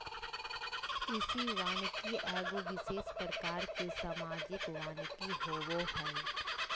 कृषि वानिकी एगो विशेष प्रकार के सामाजिक वानिकी होबो हइ